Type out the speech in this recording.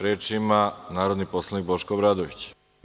Reč ima narodni poslanik Boško Obradović.